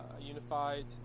unified